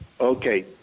Okay